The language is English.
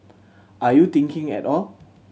are you thinking at all